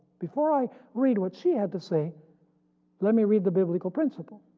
before i read what she had to say let me read the biblical principle.